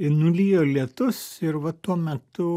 ir nulijo lietus ir va tuo metu